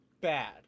bad